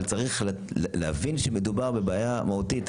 אבל צריך להבין שמדובר בבעיה מהותית,